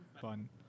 fun